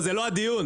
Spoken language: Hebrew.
זה לא הדיון.